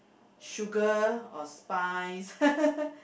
Sugar or Spice